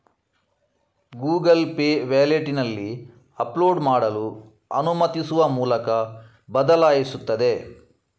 Google Pay ವ್ಯಾಲೆಟಿನಲ್ಲಿ upload ಮಾಡಲು ಅನುಮತಿಸುವ ಮೂಲಕ ಬದಲಾಯಿಸುತ್ತದೆ